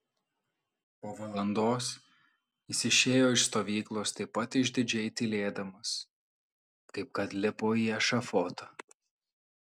po valandos jis išėjo iš stovyklos taip pat išdidžiai tylėdamas kaip kad lipo į ešafotą